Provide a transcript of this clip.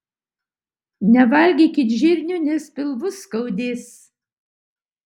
nevalgykit žirnių nes pilvus skaudės